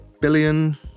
billion